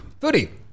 foodie